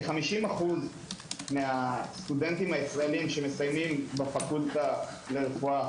כ-50% מהסטודנטים הישראלים שמסיימים בפקולטה לרפואה